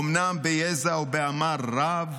אומנם ביזע ובעמל רב,